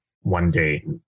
one-day